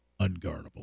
unguardable